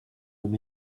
them